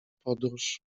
podróż